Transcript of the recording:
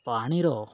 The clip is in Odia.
ପାଣିର